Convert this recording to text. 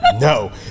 no